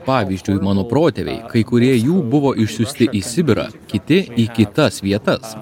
pavyzdžiui mano protėviai kai kurie jų buvo išsiųsti į sibirą kiti į kitas vietas